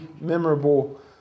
memorable